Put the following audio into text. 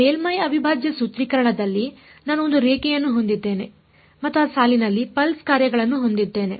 ಮೇಲ್ಮೈ ಅವಿಭಾಜ್ಯ ಸೂತ್ರೀಕರಣದಲ್ಲಿ ನಾನು ಒಂದು ರೇಖೆಯನ್ನು ಹೊಂದಿದ್ದೇನೆ ಮತ್ತು ಆ ಸಾಲಿನಲ್ಲಿ ಪಲ್ಸ್ ಕಾರ್ಯಗಳನ್ನು ಹೊಂದಿದ್ದೇನೆ